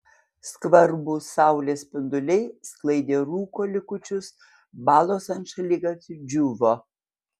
skvarbūs saulės spinduliai sklaidė rūko likučius balos ant šaligatvių džiūvo